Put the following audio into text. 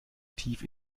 tief